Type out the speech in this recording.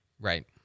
right